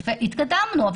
והתקדמנו.